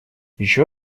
еще